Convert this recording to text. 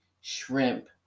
shrimp